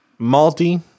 malty